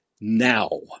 now